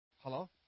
Hello